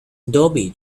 dolby